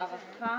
הערכה